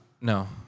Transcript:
no